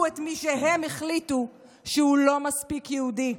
את מי שהם החליטו שהוא לא מספיק יהודי.